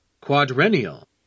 quadrennial